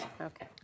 Okay